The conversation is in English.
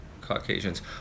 Caucasians